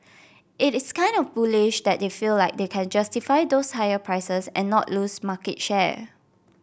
it is kind of bullish that they feel like they can justify those higher prices and not lose market share